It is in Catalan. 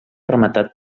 rematat